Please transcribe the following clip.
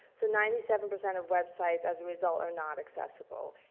so ninety seven percent of websites as a result are not accessible.